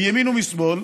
מימין ומשמאל.